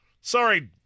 Sorry